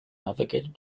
navigated